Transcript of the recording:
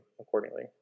accordingly